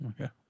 okay